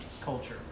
culture